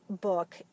book